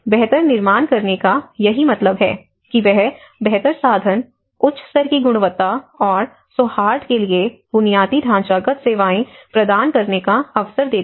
बेहतर निर्माण करने का यही मतलब है कि वह बेहतर साधन उच्च स्तर की गुणवत्ता और सौहार्द के लिए बुनियादी ढांचागत सेवाएं प्रदान करने का अवसर देता है